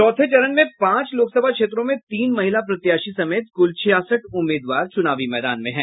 चौथे चरण में पांच लोकसभा क्षेत्रों में तीन महिला प्रत्याशी समेत कुल छियासठ उम्मीदवार चुनावी मैदान में हैं